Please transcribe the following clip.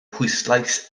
pwyslais